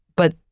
but